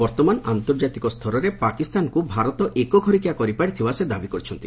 ବର୍ଉମାନ ଆର୍ନ୍ଡଜାତିକ ସ୍ତରରେ ପାକିସ୍ତାନକୁ ଭାରତ ଏକ ଘରକିଆ କରିପାରିଥିବା ସେ ଦାବି କରିଛନ୍ତି